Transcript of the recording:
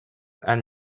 and